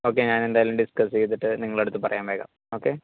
okay ഞാൻ എന്തായാലും discuss ചെയ്തിട്ട് നിങ്ങളുടെ അടുത്ത് പറയാം വേഗം ഓക്കെ